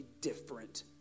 different